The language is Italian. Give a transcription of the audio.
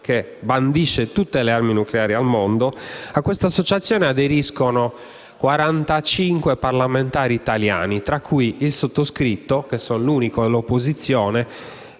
che bandisce tutte le armi nucleari al mondo, aderiscono 45 parlamentari italiani, tra cui il sottoscritto. Io sono l'unico dell'opposizione